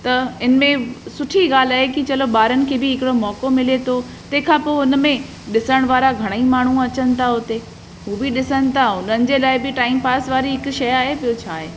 त हिन में सुठी ॻाल्हि आहे कि चलो बारनि खे बि हिकिड़ो मौक़ो मिले थो तंहिं खां पोइ हुन में ॾिसण वारा घणेई माण्हू अचनि था उते हू बि ॾिसनि था उन्हनि जे लाइ बि टाइम पास वारी हिकु शइ आहे ॿियो छा आहे